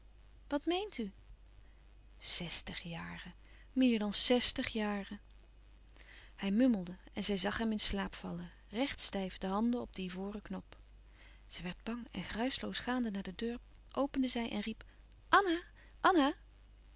wat meent u zestig jaren meer dan zèstig jaren hij mummelde en zij zag hem in slaap vallen rechtstijf de handen op den ivoren knop zij werd bang en geruischloos gaande naar de deur opende zij en riep anna anna